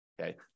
Okay